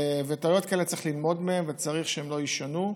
טעויות כאלה, צריך ללמוד מהן וצריך שהן לא יישנו.